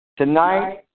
Tonight